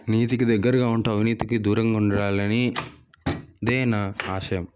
నీతికి దగ్గరగా ఉంటావని అవినీతికి దూరంగా ఉండాలని అదే నా ఆశయం